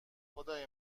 خدای